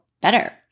better